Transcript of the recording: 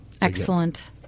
Excellent